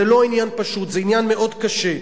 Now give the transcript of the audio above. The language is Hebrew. זה לא עניין פשוט, זה עניין מאוד קשה.